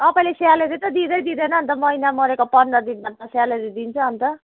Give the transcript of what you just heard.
तपाईँले स्यालेरी त दिदैँ दिँदैन अन्त महिना मरेको पन्ध्र दिन बादमा स्यालेरी दिन्छ अन्त